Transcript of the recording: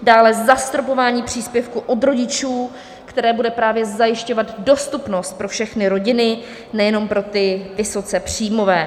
Dále zastropování příspěvku od rodičů, které bude právě zajišťovat dostupnost pro všechny rodiny, nejenom pro ty vysokopříjmové.